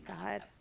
God